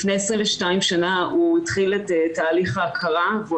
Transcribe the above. לפני 22 שנים הוא התחיל את תהליך ההכרה והוא